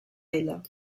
ella